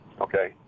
Okay